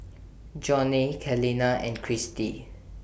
Johney Celina and Cristi